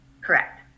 Correct